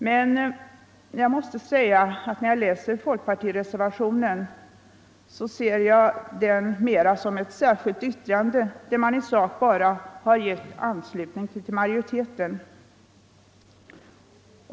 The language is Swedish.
Men jag måste säga att jag efter att ha läst folkpartireservationen ser den mer som ett särskilt yttrande, där man i sak bara har anslutit sig till majoriteten.